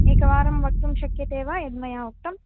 एकवारं वक्तुं शक्यते वा यद् मया उक्तम्